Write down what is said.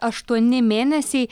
aštuoni mėnesiai